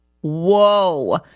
Whoa